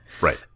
right